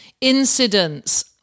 incidents